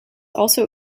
also